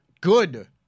Good